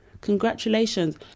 congratulations